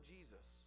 Jesus